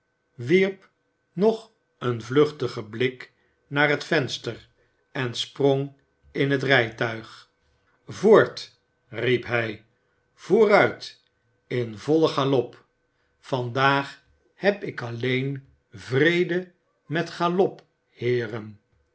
wierp nog een vluchtigen blik naar het venster en sprong in het rijtuig voort riep hij vooruit in vollen galop vandaag heb ik alleen vrede met galop heereri